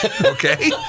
Okay